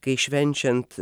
kai švenčiant